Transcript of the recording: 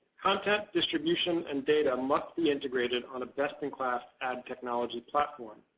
content distribution and data must be integrated on a best-in-class ad technology platform.